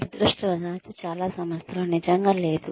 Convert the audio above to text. దురదృష్టవశాత్తు చాలా సంస్థలలో నిజంగా చేయలేదు